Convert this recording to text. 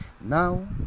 now